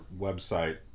website